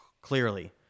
clearly